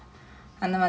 mm